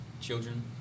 children